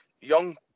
young